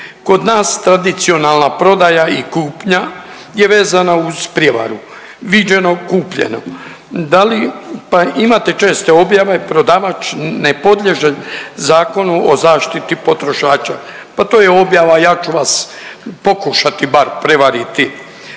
Kod nas tradicionalna prodaja i kupnja je vezana uz prijevaru, viđeno-kupljeno. Da li pa imate česte objave, prodavač ne podliježe Zakonu o zaštiti potrošača, pa to je objava ja ću vas pokušati bar prevariti,